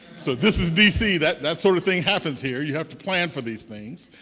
so this is dc. that that sort of thing happens here. you have to plan for these things.